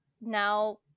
now